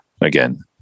again